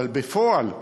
אבל בפועל,